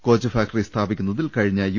coach factory സ്ഥാപിക്കുന്നതിൽ കഴിഞ്ഞ U